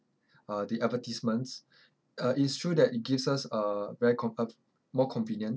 uh the advertisements uh it is true that it gives us a very con~ uh more convenient